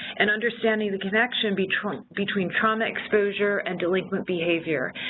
and understanding the connection between between trauma exposure and delinquent behavior.